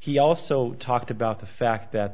he also talked about the fact that